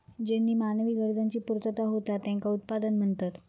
ज्येनीं मानवी गरजांची पूर्तता होता त्येंका उत्पादन म्हणतत